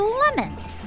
lemons